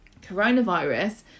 Coronavirus